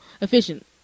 efficient